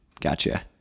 gotcha